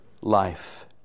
life